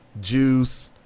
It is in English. Juice